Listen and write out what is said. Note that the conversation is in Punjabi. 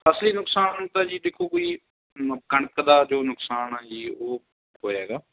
ਅਸਲੀ ਨੁਕਸਾਨ ਤਾਂ ਜੀ ਦੇਖੋ ਕੋਈ ਕਣਕ ਦਾ ਜੋ ਨੁਕਸਾਨ ਹੈ ਜੀ ਉਹ ਹੋਇਆ ਹੈਗਾ